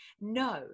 no